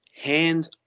hand